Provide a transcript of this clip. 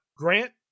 Grant